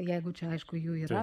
jeigu čia aišku jų yra